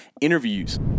interviews